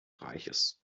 reiches